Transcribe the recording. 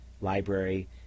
library